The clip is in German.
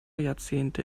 jahrzehnte